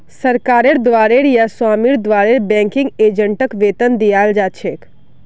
सरकारेर द्वारे या स्वामीर द्वारे बैंकिंग एजेंटक वेतन दियाल जा छेक